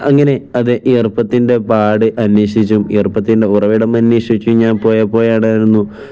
അങ്ങനെ അത് ഈർപ്പത്തിൻ്റെ പാട് അന്വേഷിച്ചും ഈർപ്പത്തിൻ്റെ ഉറവിടം അന്വേഷിച്ചു ഞാൻ പോയ പോകുകയായിരുന്നു